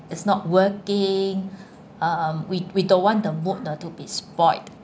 is not working um we we don't want to mood ah to be spoilt